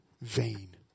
vain